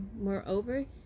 Moreover